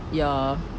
ya